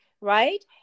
Right